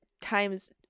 times –